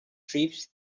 stripes